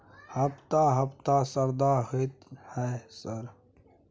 हफ्ता हफ्ता शरदा होतय है सर?